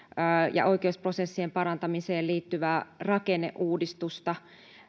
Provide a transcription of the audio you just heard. ja oikeusprosessien parantamiseen liittyvää rakenneuudistusta